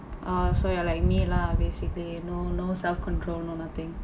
oh so you are like me lah basically no no self control nothing